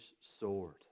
sword